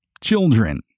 Children